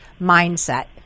mindset